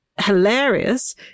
hilarious